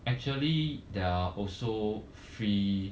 actually there are also free